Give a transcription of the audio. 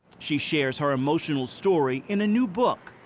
she shares her emotional story in a new book,